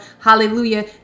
Hallelujah